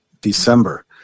December